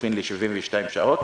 לחילופין ל-72 שעות,